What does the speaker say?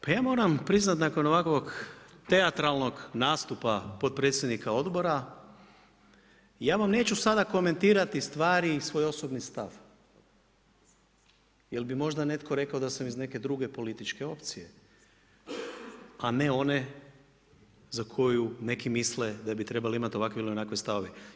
Pa ja moram priznat nakon ovakvog teatralnog nastupa potpredsjednika odbora ja vam neću sada komentirati stvari i svoj osobni stav, jer bi možda netko rekao da sam iz neke druge političke opcije a ne one za koju neki misle da bi trebali imati ovakve ili onakve stavove.